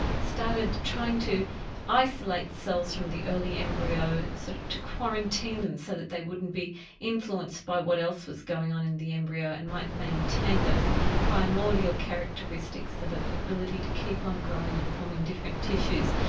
started trying to isolate cells from the early embryo sort of to quarantine them, so that they wouldn't be influenced by what else was going on in the embryo, and might maintain those primordial characteristics of the ability to keep on growing and forming different tissues.